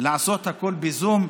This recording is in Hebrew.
לעשות הכול בזום.